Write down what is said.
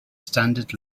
standard